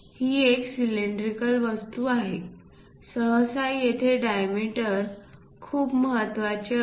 ही एक सिलेंड्रिकल वस्तू आहे सहसा येथे डायमीटर खूप महत्त्वाचे असते